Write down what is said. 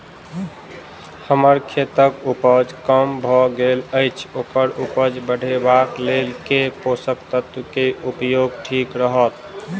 हम्मर खेतक उपज कम भऽ गेल अछि ओकर उपज बढ़ेबाक लेल केँ पोसक तत्व केँ उपयोग ठीक रहत?